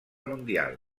mundial